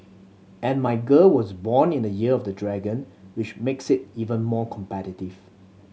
and my girl was born in the Year of the Dragon which makes it even more competitive